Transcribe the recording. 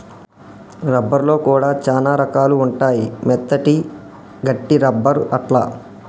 rubber లో కూడా చానా రకాలు ఉంటాయి మెత్తటి, గట్టి రబ్బర్ అట్లా